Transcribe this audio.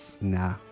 Nah